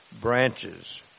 branches